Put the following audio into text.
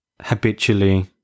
habitually